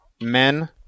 men